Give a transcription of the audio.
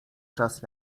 czas